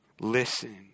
Listen